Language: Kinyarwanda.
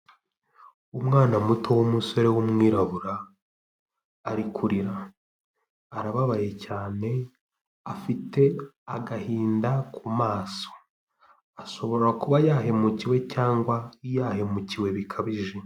Umwana muto w'umusore w'umwirabura, ari kurira, arababaye cyane, afite agahinda ku maso, ashobora kuba yahemukiwe cyangwa yahemukiwe bikabije.